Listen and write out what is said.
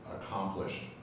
accomplished